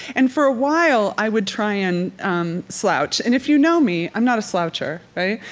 and for a while, i would try and um slouch. and if you know me, i'm not a sloucher, right?